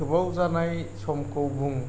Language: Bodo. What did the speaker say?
गोबाव जानाय समखौ बुं